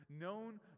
known